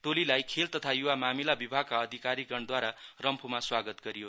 टोलीलाई खेल तथा युवा मामिला विभागका अधिकारीगणद्वारा रम्फूमा स्वागत गरियो